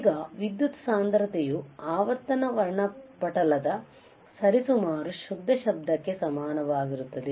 ಈಗ ವಿದ್ಯುತ್ ಸಾಂದ್ರತೆಯು ಆವರ್ತನ ವರ್ಣಪಟಲದ ಸರಿಸುಮಾರು ಶುದ್ಧ ಶಬ್ದಕ್ಕೆ ಸಮನಾಗಿರುತ್ತದೆ